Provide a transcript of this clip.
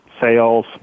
sales